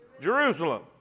Jerusalem